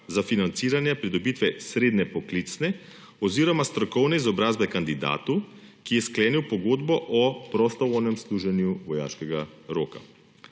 za financiranje pridobitve srednje poklicne oziroma strokovne izobrazbe kandidatu, ki je sklenil pogodbo o prostovoljnem služenju vojaškega roka.